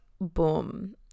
boom